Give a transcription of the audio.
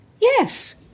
Yes